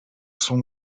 son